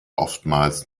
oftmals